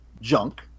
junk